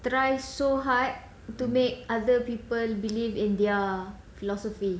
try so hard to make other people believe in their philosophy